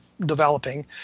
developing